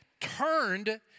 turned